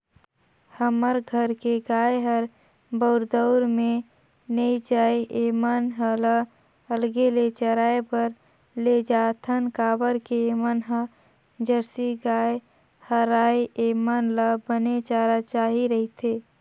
हमर घर के गाय हर बरदउर में नइ जाये ऐमन ल अलगे ले चराए बर लेजाथन काबर के ऐमन ह जरसी गाय हरय ऐेमन ल बने चारा चाही रहिथे